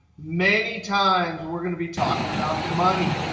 many times we're we're going to be talking about money.